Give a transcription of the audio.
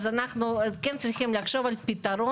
אז אנחנו כן צריכים לחשוב על פתרון,